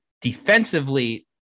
defensively